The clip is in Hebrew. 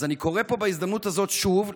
אז אני קורא בהזדמנות הזאת שוב,